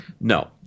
No